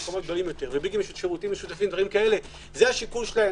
יש שם שירותים משותפים וכו' - זה השיקול שלהם.